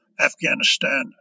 Afghanistan